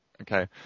okay